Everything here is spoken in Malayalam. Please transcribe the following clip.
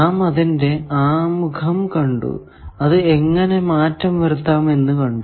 നാം അതിന്റെ ആമുഖം കണ്ടു അത് എങ്ങനെ മാറ്റം വരുത്താം എന്ന് കണ്ടു